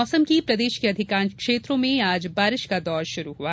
मौसम प्रदेश के अधिकांश क्षेत्रों में आज बारिश का दौर शुरू हुआ